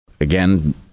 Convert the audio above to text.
again